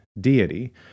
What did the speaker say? deity